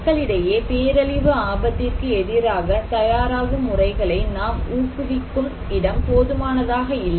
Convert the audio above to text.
மக்களிடையே பேரழிவு ஆபத்திற்கு எதிராக தயாராகும் முறைகளை நாம் ஊக்குவிக்கும் இடம் போதுமானதாக இல்லை